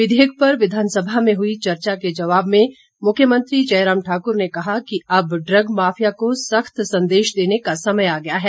विधेयक पर विधानसभा में हुई चर्चा के जवाब में मुख्यमंत्री जय राम ठाकुर ने कहा कि अब ड्रग माफिया को सख्त संदेश देने का समय आ गया है